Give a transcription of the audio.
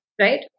Right